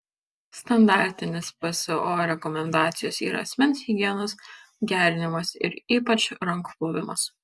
standartinės pso rekomendacijos yra asmens higienos gerinimas ir ypač rankų plovimas